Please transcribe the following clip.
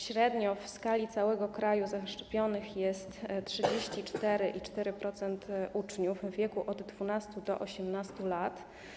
Średnio w skali całego kraju zaszczepionych jest 34,4% uczniów w wieku od 12 do 18 lat.